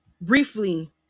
briefly